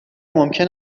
ممکن